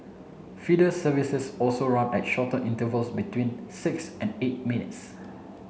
feeder services also run at shorter intervals between six and eight minutes